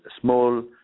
small